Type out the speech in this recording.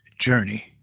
journey